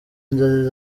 inzozi